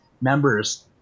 members